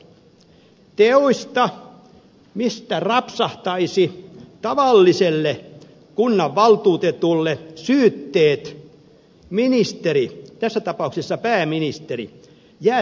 teoista joista rapsahtaisi tavalliselle kunnanvaltuutetulle syytteet ministeri tässä tapauksessa pääministeri jää syyttämättä